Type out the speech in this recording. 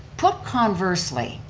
put conversely,